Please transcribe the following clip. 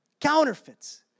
Counterfeits